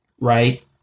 right